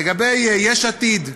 לגבי יש עתיד,